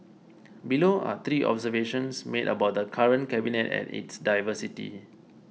below are three observations made about the current cabinet and its diversity